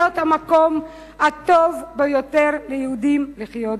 המקום הטוב ביותר ליהודים לחיות בו.